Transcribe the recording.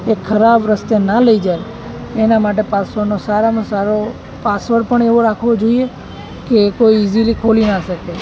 એક ખરાબ રસ્તે ના લઈ જાય એના માટે પાસવર્ડનો સારામાં સારો પાસવડ પણ એવો રાખવો જોઈએ કે કોઈ ઇઝીલી ખોલી ના શકે